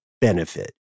benefit